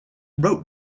wrote